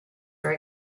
are